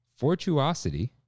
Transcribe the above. Fortuosity